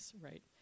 right